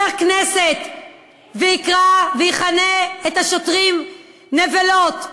כנסת ויקרא ויכנה את השוטרים "נבלות".